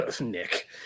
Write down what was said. nick